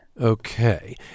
Okay